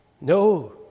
No